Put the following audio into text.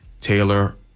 Taylor